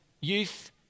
youth